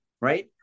right